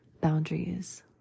boundaries